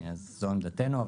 זו עמדתנו.